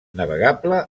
navegable